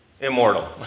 immortal